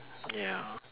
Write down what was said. ya